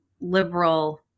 liberal